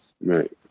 right